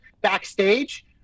backstage